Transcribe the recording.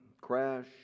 crash